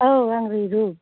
औ आं रैरुब